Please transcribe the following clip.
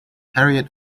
harriet